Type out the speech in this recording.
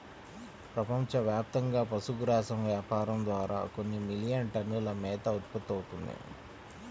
ప్రపంచవ్యాప్తంగా పశుగ్రాసం వ్యాపారం ద్వారా కొన్ని మిలియన్ టన్నుల మేత ఉత్పత్తవుతుంది